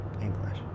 English